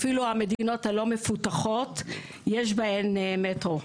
אפילו במדינות הלא מפותחות יש מטרו.